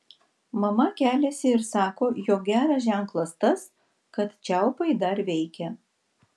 mama keliasi ir sako jog geras ženklas tas kad čiaupai dar veikia